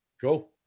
cool